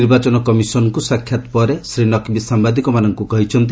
ନିର୍ବାଚନ କମିଶନଙ୍କୁ ସାକ୍ଷାତ କରି ସାରି ସେ ସାମ୍ଭାଦିକମାନଙ୍କୁ କହିଛନ୍ତି